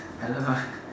I don't know lah